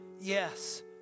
yes